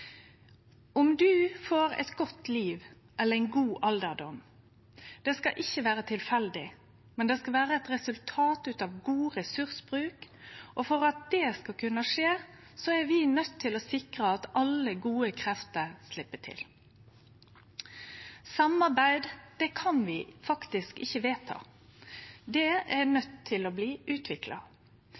Om ein får eit godt liv eller ein god alderdom, skal ikkje vere tilfeldig, det skal vere eit resultat av god ressursbruk. For at det skal kunne skje, er vi nøydde til å sikre at alle gode krefter slepp til. Samarbeid kan vi faktisk ikkje vedta, det er nøydd til å bli utvikla.